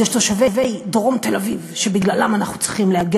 זה תושבי דרום תל-אביב שבגללם אנחנו צריכים להגן